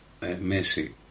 Messi